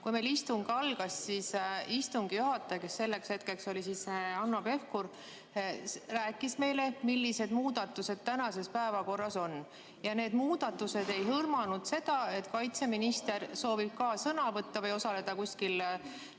Kui istung algas, siis istungi juhataja, kelleks sel hetkel oli Hanno Pevkur, rääkis meile, millised muudatused tänases päevakorras on. Need muudatused ei hõlmanud seda, et kaitseminister soovib ka sõna võtta või osaleda näiteks